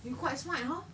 you quite smart hor